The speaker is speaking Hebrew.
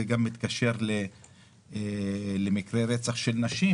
זה גם מתקשר למקרי רצח של נשים,